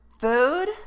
Food